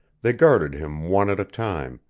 they guarded him one at a time,